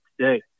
today